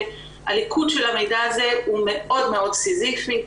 שהליקוט של המידע הזה הוא מאוד-מאוד סיזיפי.